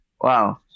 Wow